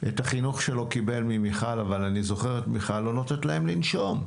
ואת החינוך שלו הוא קיבל ממיכל אבל אני זוכר שמיכל לא נתנה להם לנשום.